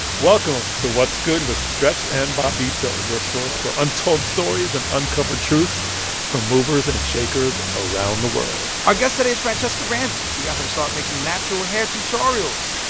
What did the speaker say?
welcome to what's good with stretch and bobbito, your source for untold stories and uncovered truths from movers and shakers around the world our guest today is franchesca ramsey. she got her start making natural hair tutorials.